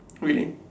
really